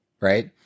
right